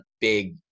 big